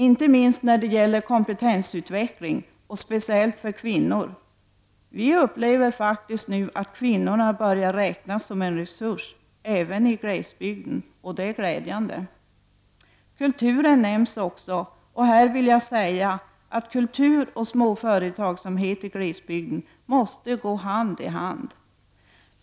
Inte minst när det gäller kompetensutveckling -- och speciellt för kvinnor. Vi upplever faktiskt nu att kvinnorna börjar räknas som en resurs även i glesbygden, och det är glädjande. Kulturen nämns också, och här vill jag säga att kultur och småföretagsamhet i glesbygden måste gå hand i hand.